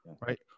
right